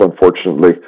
unfortunately